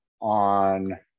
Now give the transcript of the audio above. on